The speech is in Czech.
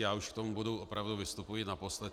Já už k tomu bodu opravdu vystupuji naposled.